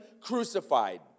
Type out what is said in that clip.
crucified